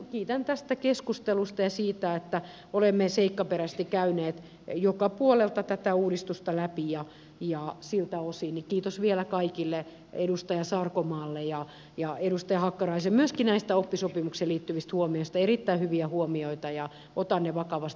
kiitän tästä keskustelusta ja siitä että olemme seikkaperäisesti käyneet joka puolelta tätä uudistusta läpi ja siltä osin kiitos vielä kaikille edustaja sarkomaalle ja edustaja hakkaraiselle myöskin näistä oppisopimukseen liittyvistä huomioista erittäin hyviä huomioita ja otan ne vakavasti